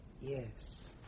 yes